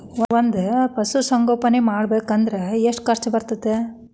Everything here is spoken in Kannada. ಒಂದ್ ಪಶುಸಂಗೋಪನೆ ಮಾಡ್ಬೇಕ್ ಅಂದ್ರ ಎಷ್ಟ ಖರ್ಚ್ ಬರತ್ತ?